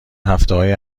هفتههای